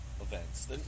events